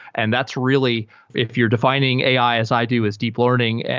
and that's really if you're defining ai as i do as deep learning,